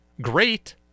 great